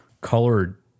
colored